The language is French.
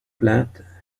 plaintes